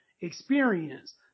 experience